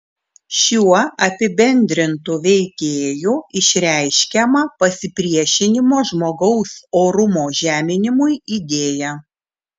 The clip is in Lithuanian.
šiuo apibendrintu veikėju išreiškiama pasipriešinimo žmogaus orumo žeminimui idėja